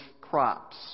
crops